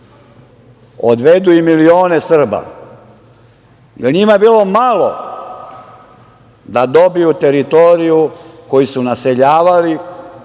odvedu i milione Srba, jer njima je bilo malo da dobiju teritoriju koju su naseljavali